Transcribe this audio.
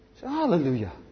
Hallelujah